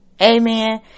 Amen